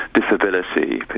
disability